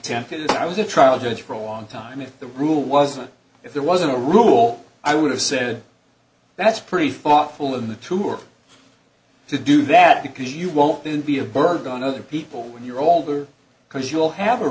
tempted to i was a trial judge for a long time if the rule wasn't if there wasn't a rule i would have said that's pretty thoughtful in the tour to do that because you won't do be a burden on other people when you're older because you'll have a